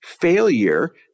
failure